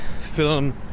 film